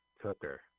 cooker